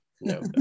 No